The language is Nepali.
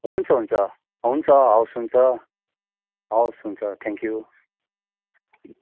हुन्छ हुन्छ हुन्छ हवस् हुन्छ हवस् हुन्छ थ्याङ्क यू